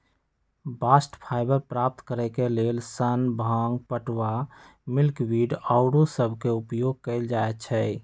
bast fibre प्राप्त करेके लेल सन, भांग, पटूआ, मिल्कवीड आउरो सभके उपयोग कएल जाइ छइ